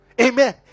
Amen